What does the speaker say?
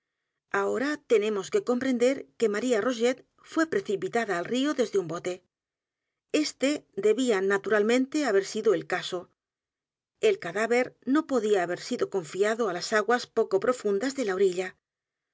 ahora tenemos que comprender que maría rogét wéprecepitada al río desde un bote e s t e debía naturalmente haber sido el caso el cadáver no podía haber sido confiado á las aguas poco profundas de la orilla